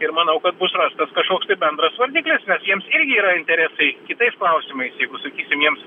ir manau kad bus rastas kažkoks tai bendras vardiklis nes jiems irgi yra interesai kitais klausimais jeigu sakysim jiems